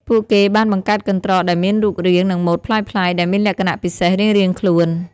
ពួកគេបានបង្កើតកន្ត្រកដែលមានរូបរាង និងម៉ូដប្លែកៗ ដែលមានលក្ខណៈពិសេសរៀងៗខ្លួន។